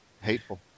hateful